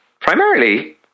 Primarily